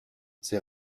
ses